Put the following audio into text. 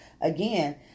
again